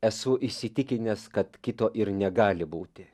esu įsitikinęs kad kito ir negali būti